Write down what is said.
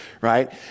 right